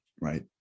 right